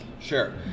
Sure